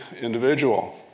individual